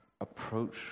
approach